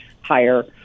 higher